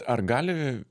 ar gali